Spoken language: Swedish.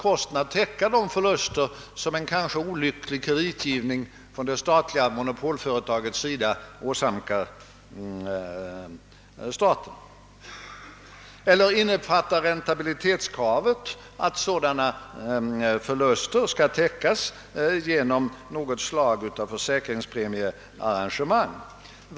Omställningen får inte av kapitalbrist fördröjas så att nedläggningar och företagskriser tvinga oss till improvisationer ”— oj oj — och medför lidanden och ovisshet för människorna.